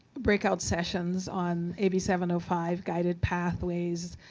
breakout sessions on a b seven ah five, guided pathways,